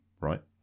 right